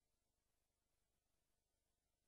כל התוכניות היפות האלה,